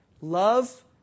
Love